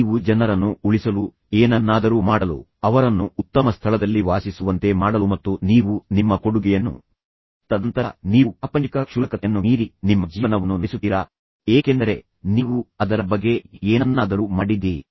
ನೀವು ಜನರನ್ನು ಉಳಿಸಲು ಏನನ್ನಾದರೂ ಮಾಡಲು ಅವರನ್ನು ಉತ್ತಮ ಸ್ಥಳದಲ್ಲಿ ವಾಸಿಸುವಂತೆ ಮಾಡಲು ಮತ್ತು ನೀವು ನಿಮ್ಮ ಕೊಡುಗೆಯನ್ನು ನೀಡುವುದರಿಂದ ಬ್ರಹ್ಮಾಂಡವು ಸ್ವಲ್ಪ ಉತ್ತಮಗೊಳ್ಳುತ್ತದೆ ಏಕೆಂದರೆ ನೀವು ಅದರ ಬಗ್ಗೆ ಏನನ್ನಾದರೂ ಮಾಡಿದ್ದೀರಿ